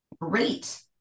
great